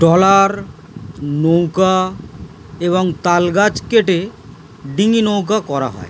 trawler নৌকা এবং তালগাছ কেটে ডিঙি নৌকা করা হয়